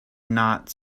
not